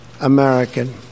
American